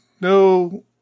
no